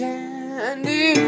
Candy